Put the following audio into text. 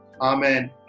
Amen